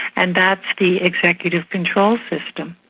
and that's the executive control system.